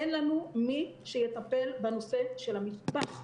אין לנו מי שיטפל בנושא של המטבח,